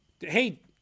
Hey